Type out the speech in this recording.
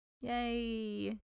Yay